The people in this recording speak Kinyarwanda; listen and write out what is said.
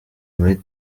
muri